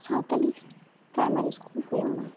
Santali primary school ᱦᱳᱭᱳᱜ ᱢᱟ